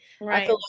right